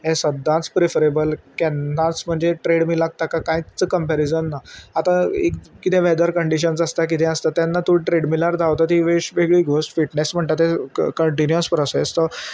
हें सद्दांच प्रिफरेबल केन्नाच म्हणजे ट्रेडमिलाक ताका कांयच कंपेरिजन ना आतां कितें वेदर कंडीशन्स आसता कितें आसता तेन्ना तूं ट्रेडमिलार धांवता ती वे वेगळी गोश्ट फिटणेस म्हणटा ते कंटिन्यूअस प्रोसेस तो